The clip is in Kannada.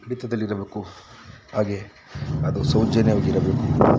ಹಿಡಿತದಲ್ಲಿರಬೇಕು ಹಾಗೆ ಅದು ಸೌಜನ್ಯವಾಗಿರಬೇಕು